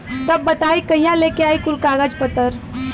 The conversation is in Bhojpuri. तब बताई कहिया लेके आई कुल कागज पतर?